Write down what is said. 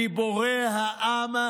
גיבורי העם,